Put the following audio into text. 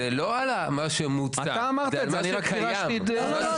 אתה אמרת את זה אני רק פירשתי את זה.